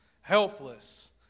Helpless